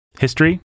history